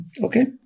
Okay